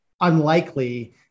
unlikely